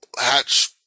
hatch